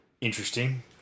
interesting